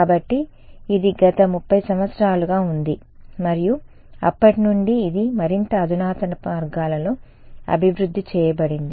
కాబట్టి ఇది గత 30 సంవత్సరాలుగా ఉంది మరియు అప్పటి నుండి ఇది మరింత అధునాతన మార్గాలలో అభివృద్ధి చేయబడింది